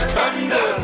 Thunder